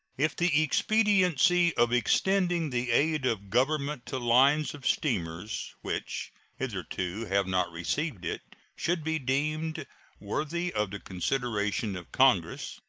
if the expediency of extending the aid of government to lines of steamers which hitherto have not received it should be deemed worthy of the consideration of congress,